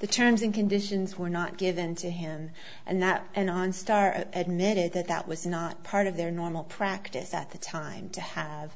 the terms and conditions were not given to him and that and on star admitted that that was not part of their normal practice at the time to have